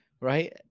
right